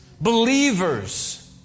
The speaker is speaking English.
believers